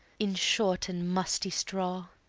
in short and musty straw?